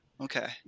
Okay